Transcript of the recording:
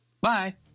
Bye